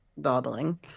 dawdling